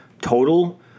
total